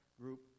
group